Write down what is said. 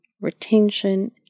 retention